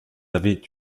avaient